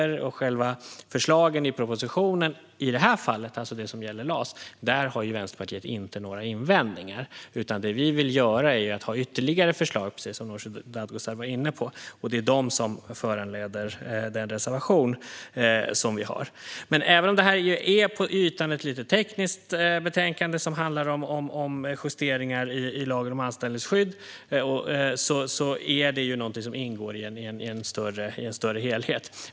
När det gäller själva förslagen i propositionen i det här fallet, alltså det som gäller LAS, har Vänsterpartiet inte några invändningar. Det vi vill göra är att få in ytterligare förslag, precis som Nooshi Dadgostar var inne på. Det är det som föranleder den reservation som vi har. Även om detta på ytan är något av ett tekniskt betänkande som handlar om justeringar i lagen om anställningsskydd är det något som ingår i en större helhet.